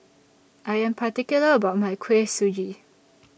I Am particular about My Kuih Suji